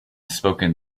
spoken